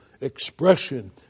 expression